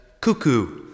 cuckoo